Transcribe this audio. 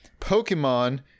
pokemon